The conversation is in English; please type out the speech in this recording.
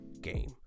game